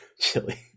chili